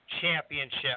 Championship